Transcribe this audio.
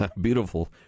beautiful